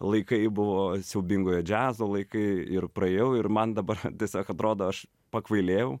laikai buvo siaubingojo džiazo laikai ir praėjau ir man dabar tiesiog atrodo aš pakvailėjau